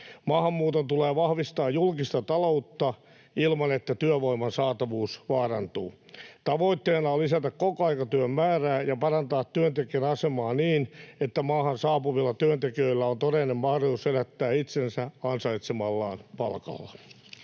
Maahanmuuton tulee vahvistaa julkista taloutta ilman, että työvoiman saatavuus vaarantuu. Tavoitteena on lisätä kokoaikatyön määrää ja parantaa työntekijän asemaa niin, että maahan saapuvilla työntekijöillä on todellinen mahdollisuus elättää itsensä ansaitsemallaan palkalla.